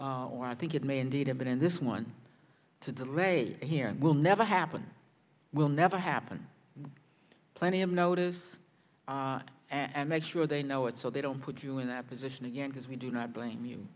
subcommittee i think it may indeed have been in this one to delay here and will never happen will never happen plenty of notice and make sure they know it so they don't put you in that position again because we do not blame you